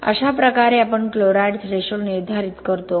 अशा प्रकारे आपण क्लोराईड थ्रेशोल्ड निर्धारित करतो